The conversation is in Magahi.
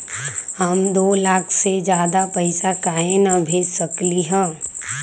हम दो लाख से ज्यादा पैसा काहे न भेज सकली ह?